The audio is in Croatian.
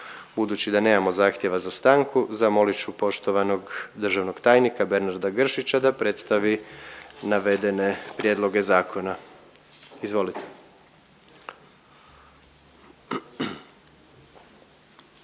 Budući da nemamo zahtjeva za stanku, zamolit ću poštovanog državnog tajnika Bernarda Gršića da predstavi navedene prijedloge zakona. Izvolite.